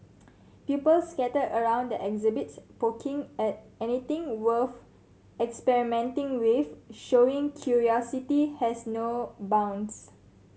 pupils scattered around the exhibits poking at anything worth experimenting with showing curiosity has no bounds